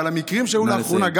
אבל המקרים שהיו לאחרונה,